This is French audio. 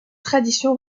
tradition